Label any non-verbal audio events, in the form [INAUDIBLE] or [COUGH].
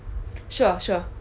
[NOISE] sure sure